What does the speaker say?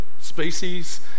species